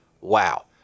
wow